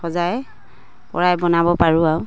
সজাই পৰাই বনাব পাৰোঁ আও